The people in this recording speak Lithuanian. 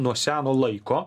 nuo seno laiko